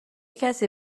کسی